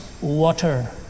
water